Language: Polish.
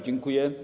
Dziękuję.